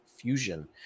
fusion